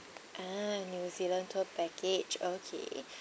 ah new zealand tour package okay